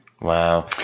Wow